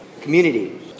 Community